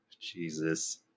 Jesus